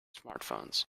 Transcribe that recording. smartphones